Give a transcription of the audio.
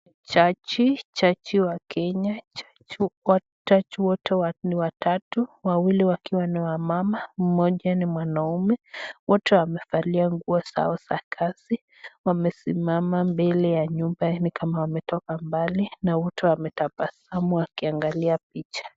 Jaji, jaji wa kenya . Jaji ,jaji wote wanne ni watatu. Wawili wakiwa ni wamama, mmoja ni mwanaume . Wote wamevalia nguo zao za kazi . Wamesimama mbele ya nyumba nikama wametoka mbali. Na wote wametabasamu wakiangalia picha.